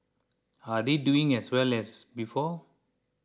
are they doing as well as before